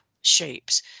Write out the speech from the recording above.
shapes